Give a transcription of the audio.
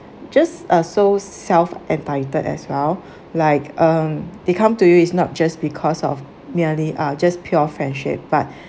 just uh so self-entitled as well like um they come to you is not just because of merely uh just pure friendship but